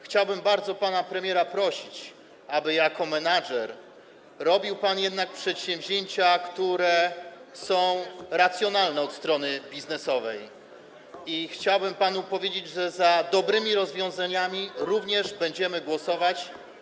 Chciałbym bardzo pana premiera prosić, aby jako menedżer realizował pan jednak przedsięwzięcia, które są racjonalne od strony biznesowej, i chciałbym panu powiedzieć, że za dobrymi rozwiązaniami również będziemy głosować.